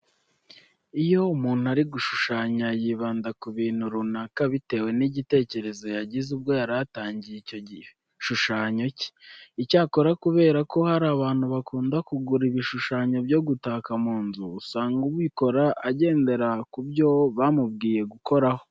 Iyo umuntu ari gushushanya yibanda ku bintu runaka bitewe n'igitekerezo yagize ubwo yari atangiye icyo gishushyanyo cye. Icyakora kubera ko hari abantu bakunda kugura ibishushanyo byo gutaka mu nzu, usanga ubikora agendera ku byo bamubwiye gukoraho.